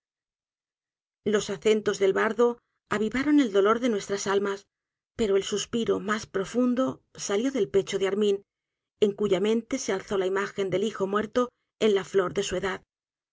los acentos del bardo avivaron el dolor en nuestras almas pero el suspiro mas profundo salió del pecho de armin en cuya mente se alzó la imagen del hijo muerto en la flor de su edad